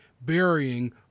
burying